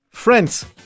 Friends